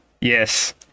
Yes